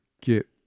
get